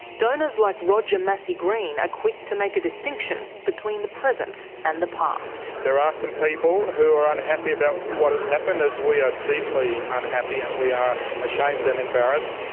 donors like roger massy-greene are quick to make a distinction between the present and the past. there are some people who are unhappy about what has happened, as we are deeply unhappy and we are ashamed and embarrassed.